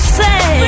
say